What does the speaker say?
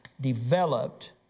developed